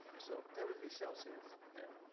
so that would be celsius. yeah